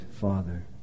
Father